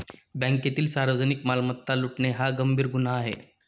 बँकेतील सार्वजनिक मालमत्ता लुटणे हा गंभीर गुन्हा आहे